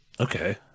Okay